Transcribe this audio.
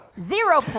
Zero